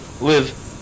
live